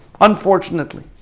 Unfortunately